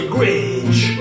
Grinch